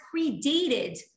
predated